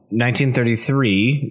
1933